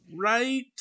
Right